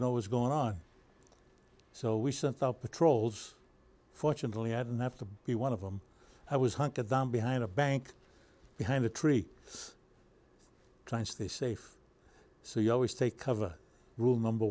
know what's going on so we sent out patrols fortunately i didn't have to be one of them i was hunkered down behind a bank behind the tree trying to stay safe so you always take cover rule number